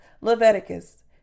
leviticus